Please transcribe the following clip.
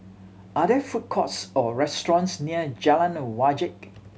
are there food courts or restaurants near Jalan Wajek